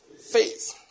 Faith